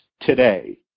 today